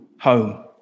home